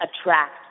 attract